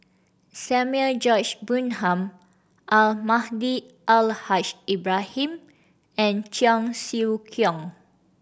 Samuel George Bonham Almahdi Al Haj Ibrahim and Cheong Siew Keong